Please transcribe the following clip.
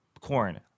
corn